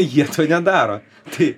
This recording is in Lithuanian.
jie nedaro tai